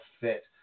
fit